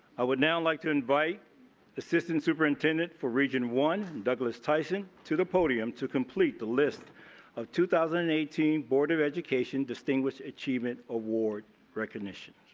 i would now like to invite assistant superintendent for region one, douglas tyson to the podium to complete the list of two thousand and eighteen board of education distinguished achievement award recognition.